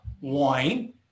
wine